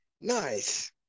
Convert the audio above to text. nice